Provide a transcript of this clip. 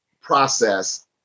process